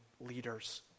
leaders